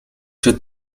czy